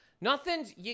Nothing's